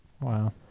Wow